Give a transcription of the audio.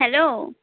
hello